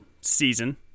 season